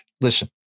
Listen